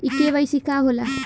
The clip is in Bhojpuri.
इ के.वाइ.सी का हो ला?